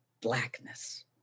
Blackness